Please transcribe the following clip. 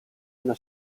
una